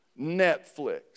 Netflix